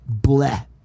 bleh